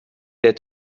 der